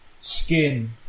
Skin